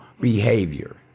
behavior